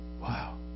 Wow